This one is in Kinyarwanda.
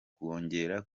kongera